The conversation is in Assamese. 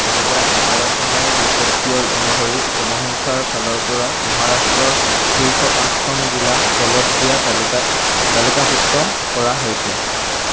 দুহেজাৰ এঘাৰ চনৰ লোকপিয়ল অনুসৰি জনসংখ্যাৰ ফালৰ পৰা মহাৰাষ্ট্ৰৰ শীৰ্ষ পাঁচখন জিলা তলত দিয়া তালিকাত তালিকাভুক্ত কৰা হৈছে